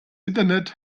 internet